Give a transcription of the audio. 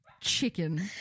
chicken